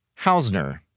Hausner